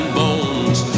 bones